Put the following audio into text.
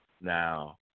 Now